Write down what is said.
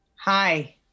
Hi